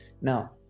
now